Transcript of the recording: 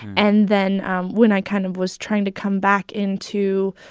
and then when i kind of was trying to come back into,